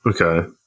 okay